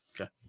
Okay